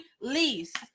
least